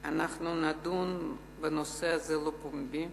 אנחנו נדון לא בפומבי,